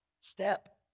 step